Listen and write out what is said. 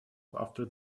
after